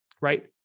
right